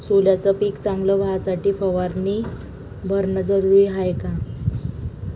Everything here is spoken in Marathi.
सोल्याचं पिक चांगलं व्हासाठी फवारणी भरनं जरुरी हाये का?